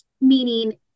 meaning